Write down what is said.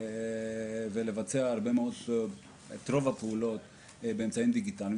ולבצע את רוב הפעולות באמצעים דיגיטליים.